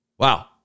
Wow